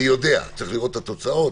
אני יודע צריך לראות את התוצאות,